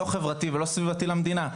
לא חברתי ולא סביבתי למדינה.